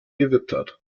gewittert